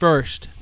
First